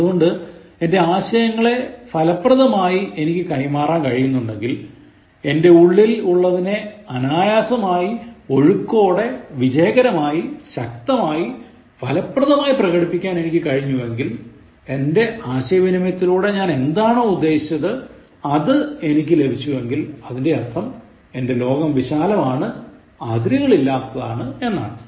അതുകൊണ്ട് എന്റെ ആശയങ്ങളെ ഫലപ്രദമായി എനിക്ക് കൈമാറാൻ കഴിയുന്നുണ്ടെങ്കിൽ എന്റെ ഉള്ളിൽ ഉള്ളതിനെ അനായാസമായി ഒഴുക്കോടെ വിജയകരമായി ശക്തമായി ഫലപ്രദമായി പ്രകടിപ്പിക്കാൻ എനിക്ക് കഴിഞ്ഞു എങ്കിൽ എന്റെ ആശയവിനിമയതിലൂടെ ഞാൻ എന്താണോ ഉദ്ദേശിച്ചത് അത് എനിക്ക് ലഭിച്ചു എങ്കിൽ അതിന്റെ അർത്ഥം എന്റെ ലോകം വിശാലമാണ് അതിരുകൾ ഇല്ലാത്തതാണ് എന്നാണ്